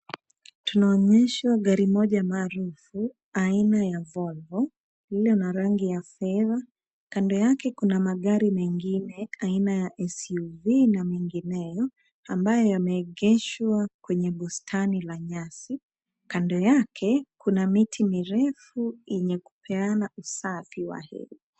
Tunaonyeshwa gari moja maarufu aina ya volvo lililo na rangi ya fedha. Kando yake kuna magari mengine aina ya SUV na mengineyo ambayo yameegeshwa kwenye bustani la nyasi. Kando yake kuna miti mirefu yenye kupeana usafi wa hewa.